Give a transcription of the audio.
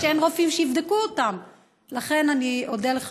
למשל, אין רופאים שיבדקו אותם.